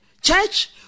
Church